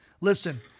listen